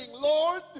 Lord